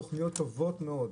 תוכניות טובות מאוד,